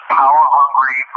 power-hungry